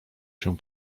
się